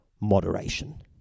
Moderation